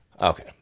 Okay